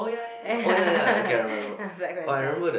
ya blank-panther